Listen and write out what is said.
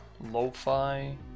Lo-fi